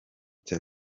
cya